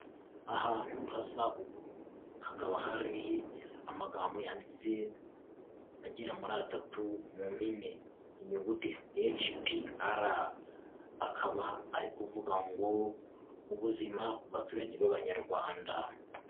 Ahantu hasa ubururu, hakaba hari amagambo yanditse agera muri atatu mu mpine, inyuguti HPR, akaba ari uku kuvuga ngo ubuzima ku baturage b'abanyarwanda.